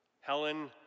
Helen